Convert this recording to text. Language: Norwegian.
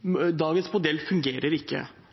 Dagens modell fungerer ikke